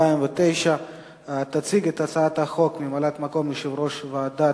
הצעת החוק התקבלה בקריאה ראשונה,